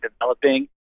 developing